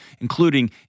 including